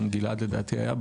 גם גלעד לדעתי היה,